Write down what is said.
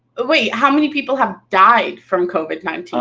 wait, how many people have died from covid nineteen?